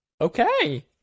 Okay